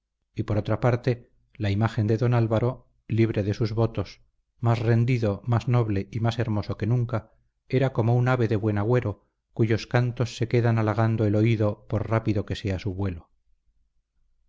y por otra parte la imagen de don álvaro libre de sus votos más rendido más noble y más hermoso que nunca era como un ave de buen agüero cuyos cantos se quedan halagando el oído por rápido que sea su vuelo